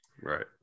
right